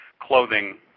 clothing